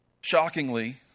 shockingly